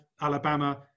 Alabama